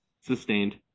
sustained